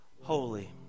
holy